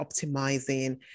optimizing